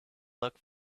luck